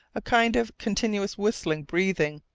a kind of continuous whistling breathing.